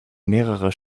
mehrerer